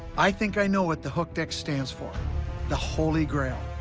i think i know what the hooked x stands for the holy grail.